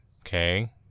okay